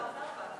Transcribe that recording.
--- בהתחלה.